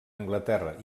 anglaterra